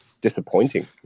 disappointing